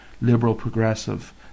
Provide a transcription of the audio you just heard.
liberal-progressive